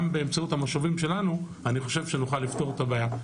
באמצעות המשובים שלנו - אני חושב שנוכל לפתור את הבעיה.